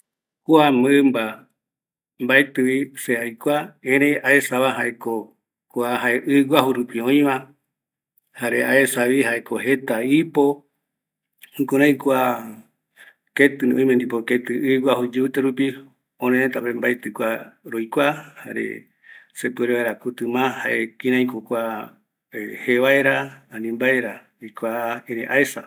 Kua mɨmba mbaetɨvi se aikua, erei aesa va jaeko kua ɨɨ guaju rupi oiva, jare aesava jeta ipo, jukurai kua oime ndipo ɨɨ guaju iyɨvɨte rupi, örërëta rupi mbaetɨ kua roikua, mbaetɨ se puere vaera jae jevaera, ani mbae ra